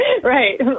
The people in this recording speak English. Right